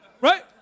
Right